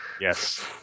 Yes